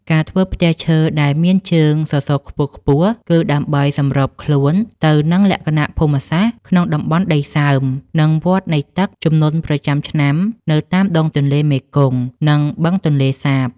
ការធ្វើផ្ទះឈើដែលមានជើងសសរខ្ពស់ៗ គឺដើម្បីសម្របខ្លួនទៅនឹងលក្ខណៈភូមិសាស្ត្រក្នុងតំបន់ដីសើម និងវដ្តនៃទឹកជំនន់ប្រចាំឆ្នាំនៅតាមដងទន្លេមេគង្គ និងបឹងទន្លេសាប។